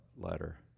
Letter